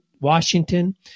Washington